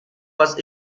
was